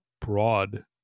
broad